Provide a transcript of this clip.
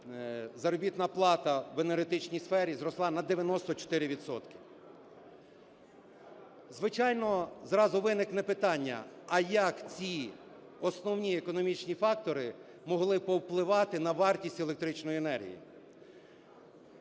заробітна плата в енергетичній сфері зросла на 94 відсотка. Звичайно, зразу виникне питання, а як ці основні економічні фактори могли повпливати на вартість електричної енергії.